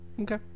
Okay